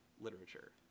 literature